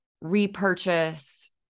repurchase